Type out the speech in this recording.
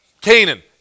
Canaan